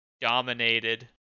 dominated